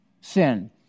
Sin